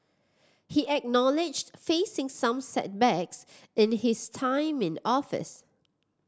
he acknowledged facing some setbacks in his time in office